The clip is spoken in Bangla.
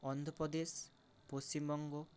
অন্ধপ্রদেশ পশ্চিমবঙ্গ